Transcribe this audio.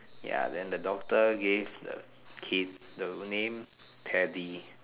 ya then the doctor gave the kid the name Teddy